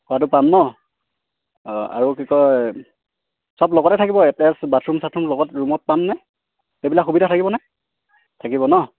খোৱাটো পাম ন অঁ আৰু কি কয় চব লগতে থাকিব এটেচ বাথৰুম চথৰুম লগত ৰুমত পাম নে সেইবিলাক সুবিধা থাকিবনে থাকিব ন